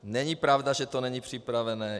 Není pravda, že to není připravené.